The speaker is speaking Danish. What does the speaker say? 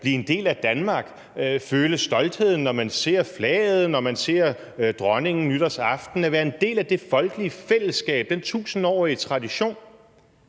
blive en del af Danmark, føle stoltheden, når man ser flaget, når man ser dronningen nytårsaften, være en del af det folkelige fællesskab, den tusindårige tradition,